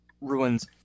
ruins